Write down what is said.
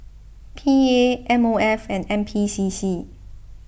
P A M O F and N P C C